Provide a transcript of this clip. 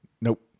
Nope